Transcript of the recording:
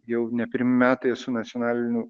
jau nepirmi metai esu nacionalinių